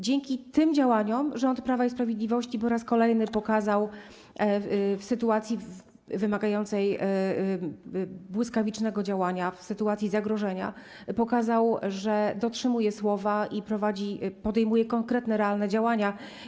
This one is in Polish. Dzięki tym działaniom rząd Prawa i Sprawiedliwości po raz kolejny w sytuacji wymagającej błyskawicznego działania, w sytuacji zagrożenia pokazał, że dotrzymuje słowa i podejmuje konkretne, realne działania.